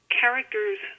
characters